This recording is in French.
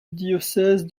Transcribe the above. diocèse